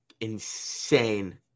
insane